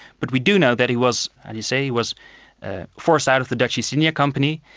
but we do know that he was how do you say he was forced out of the dutch east india company,